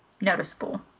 noticeable